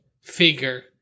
figure